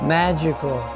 magical